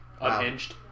Unhinged